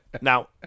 Now